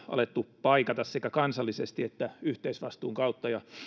alettu paikata pandemian talousvaikutuksia sekä kansallisesti että yhteisvastuun kautta ja